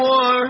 War